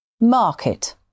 Market